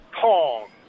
Pong